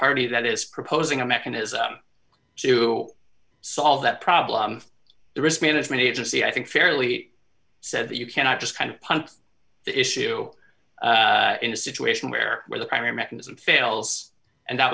party that is proposing a mechanism to solve that problem the risk management agency i think fairly said that you cannot just kind of punt the issue in a situation where where the primary mechanism fails and that